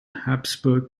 habsburg